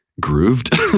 grooved